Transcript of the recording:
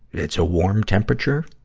it's a warm temperature.